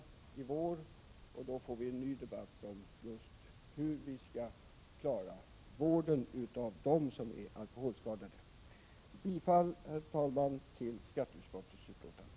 Då får vi en ny debatt om hur vi skall klara vården av dem som är alkoholskadade. Jag yrkar, herr talman, bifall till skatteutskottets hemställan.